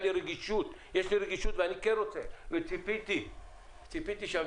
אבל יש לי רגישות וגם ציפיתי שהמציאות